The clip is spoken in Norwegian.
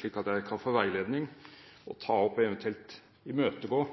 slik at jeg kan få veiledning og eventuelt imøtegå